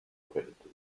predators